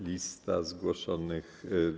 Lista zgłoszonych.